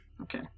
Okay